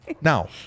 Now